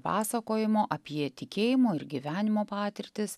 pasakojimo apie tikėjimo ir gyvenimo patirtis